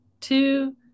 two